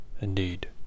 indeed